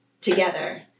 together